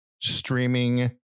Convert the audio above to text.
streaming